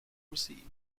received